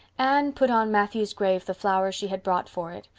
anne put on matthew's grave the flowers she had brought for it,